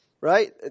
right